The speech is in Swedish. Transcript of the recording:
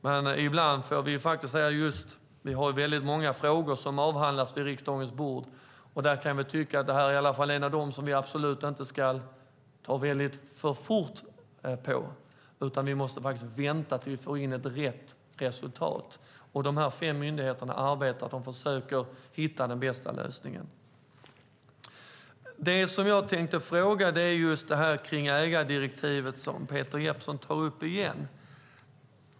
Men vi har många frågor som avhandlas i riksdagen, och jag tycker att detta är en sådan fråga som vi inte ska ha för bråttom med. Vi måste vänta tills vi får in rätt resultat. Dessa fem myndigheter arbetar och försöker hitta den bästa lösningen. Jag tänkte ställa en fråga om ägardirektivet, som Peter Jeppsson tar upp igen.